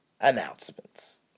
announcements